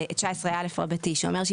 19א רבתי שאומר,